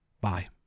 Bye